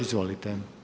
Izvolite.